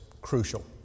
crucial